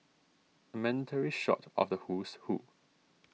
mandatory shot of the who's who